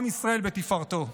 עם ישראל בתפארתו.